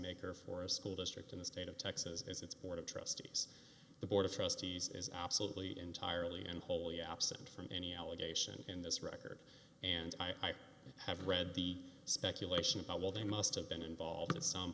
maker for a school district in the state of texas is its board of trustees the board of trustees is absolutely entirely and wholly absent from any allegation in this record and i haven't read the speculation about will they must have been involved at some